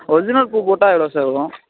original பூ போட்டால் எவ்வளோ சார் வரும்